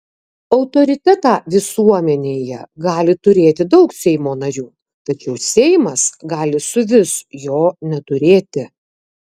autoritetą visuomenėje gali turėti daug seimo narių tačiau seimas gali suvis jo neturėti